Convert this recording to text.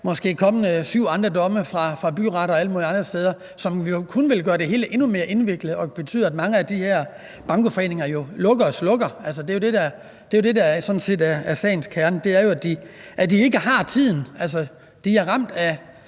måske er kommet syv andre domme fra byretten og alle mulige andre steder, som jo kun vil gøre det hele endnu mere indviklet og betyde, at mange af de her bankoforeninger lukker og slukker. Det er jo det, der sådan set er sagens kerne. Det er, at de ikke har tiden. De er ramt af